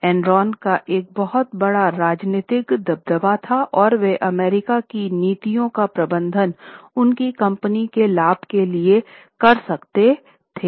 Enron का एक बहुत बड़ा राजनीतिक दबदबा था और वे अमेरिका की नीतियों का प्रबंधन उनकी कंपनी के लाभ के लिए कर सकते थे